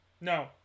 no